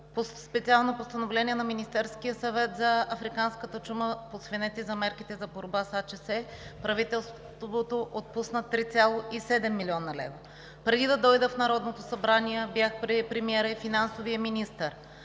със специално Постановление на Министерския съвет за африканската чума по свинете и за мерките за борба с АЧС правителството отпусна 3,7 млн. лв. Преди да дойда в Народното събрание бях при премиера и финансовия министър.